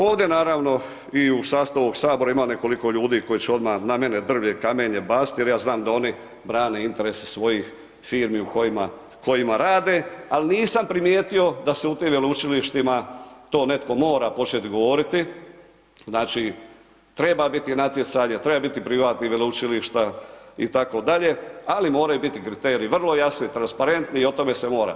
Ovdje naravno i u sastavu ovog Sabora ima nekoliko ljudi koji će odmah na mene drvlje i kamenje baciti jer ja znam da oni brane interese svojih firmi u kojima rade ali nisam primijetio da se u tim veleučilišta to netko mora početi govoriti, znači treba biti natjecanja, treba biti privatnih veleučilišta itd., ali moraju biti kriteriji i transparentni i o tome se mora.